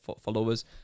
followers